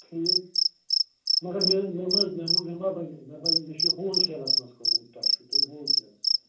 ٹھیٖک مگر مےٚ حظ مےٚ مہٕ حظ مےٚ ما بَنہِ مےٚ بَنہِ مےٚ چھُ یہِ ہول سیلَس مَنٛز کٕنُن تۄہہِ چھُو تیٚلہِ ہول سیلَس